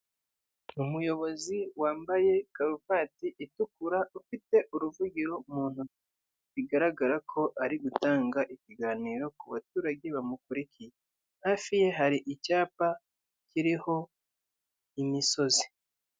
Umuyobozi wambaye karuvati itukura, ufite uruvugiro mu ntoki, bigaragara ko ari gutanga ikiganiro ku baturage bamukurikiye. Hafi ye hari icyapa kiriho imisozi.